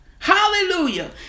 hallelujah